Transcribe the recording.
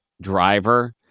driver